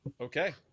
Okay